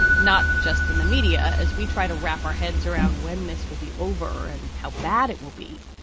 not just in the media as we try to wrap our heads around when this will be over and how bad it will be.